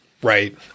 Right